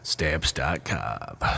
Stamps.com